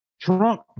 Trump